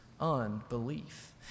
Unbelief